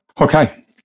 Okay